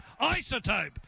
Isotope